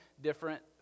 different